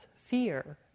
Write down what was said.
fear